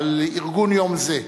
על ארגון יום זה,